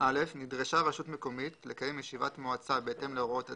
נדרשה רשות מקומית לקיים ישיבת מועצה בהתאם להוראות הדין,